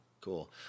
Cool